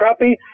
crappie